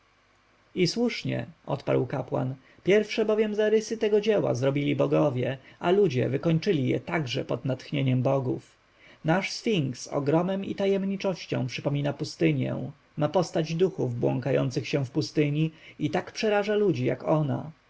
i słusznie odparł kapłan pierwsze bowiem zarysy tego dzieła zrobili bogowie a ludzie wykończyli je także pod natchnieniem bogów nasz sfinks ogromem i tajemniczością przypomina pustynię ma postać duchów błąkających się w pustyni i tak przeraża ludzi jak ona